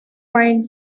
crying